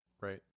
Right